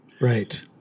Right